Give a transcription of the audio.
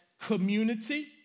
community